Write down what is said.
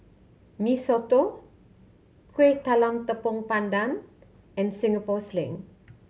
Mee Soto Kuih Talam Tepong Pandan and Singapore Sling